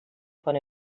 quan